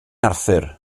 arthur